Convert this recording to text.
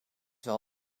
wel